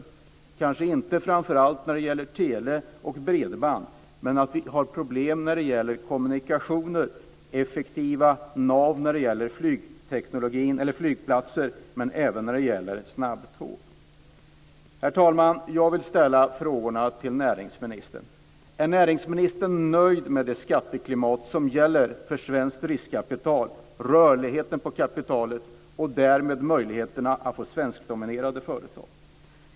Det gäller kanske inte framför allt tele och bredband, men vi har problem när det gäller kommunikationer och effektiva nav för flygplan och även snabbtåg. Herr talman! Jag vill ställa några frågor till näringsminister. Är näringsministern nöjd med det skatteklimat som gäller för svenskt riskkapital och med rörligheten på kapitalet, och därmed möjligheterna att få svenskdominerade företag?